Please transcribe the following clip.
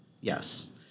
yes